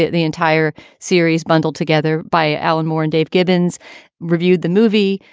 the entire series bundled together by alan moore and dave gibbons reviewed the movie.